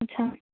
અચ્છા